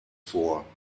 vor